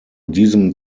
diesem